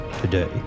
today